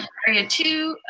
area two,